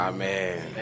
Amen